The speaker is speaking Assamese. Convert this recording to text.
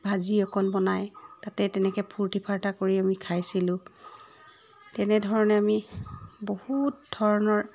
ভাজি অকণ বনাই তাতে তেনেকৈ ফূৰ্তি ফাৰ্তা কৰি আমি খাইছিলোঁ তেনেধৰণে আমি বহুত ধৰণৰ